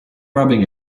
rubbing